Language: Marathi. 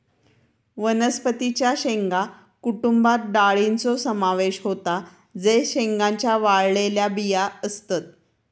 वनस्पतीं च्या शेंगा कुटुंबात डाळींचो समावेश होता जे शेंगांच्या वाळलेल्या बिया असतत